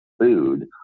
food